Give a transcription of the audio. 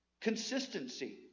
Consistency